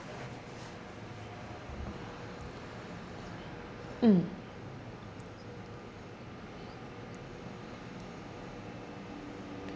mm